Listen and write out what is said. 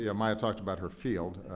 yeah maya talked about her field.